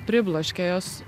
pribloškė jos